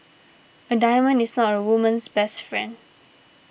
a diamond is not a woman's best friend